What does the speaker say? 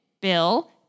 bill